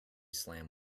slam